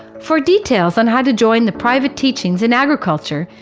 for details on how to join the private teachings in agriculture,